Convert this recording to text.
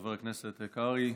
חבר הכנסת קרעי,